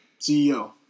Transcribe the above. CEO